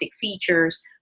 features